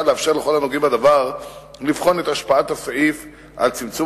לאפשר לכל הנוגעים בדבר לבחון את השפעת הסעיף על צמצום